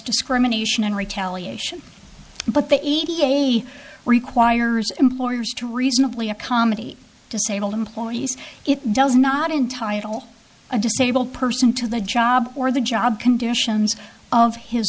discrimination in retaliation but that eighty eight requires employers to reasonably accommodate disabled employees it does not entitle a disabled person to the job or the job conditions of his